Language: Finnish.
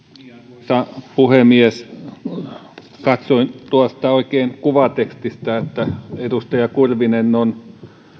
arvoisa puhemies katsoin oikein tuosta kuvatekstistä että edustaja kurvinen on